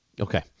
Okay